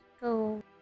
go